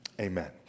Amen